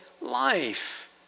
life